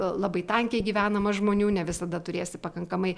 labai tankiai gyvenama žmonių ne visada turėsi pakankamai